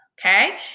okay